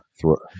throw